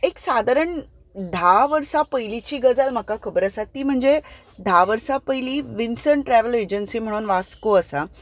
पूण एक सादारण धा वर्सां पयलींची गजाल म्हाका खबर आसा ती म्हणजे धा वर्सां पयली विन्सन ट्रेवल एजंसी म्हण वास्को आसा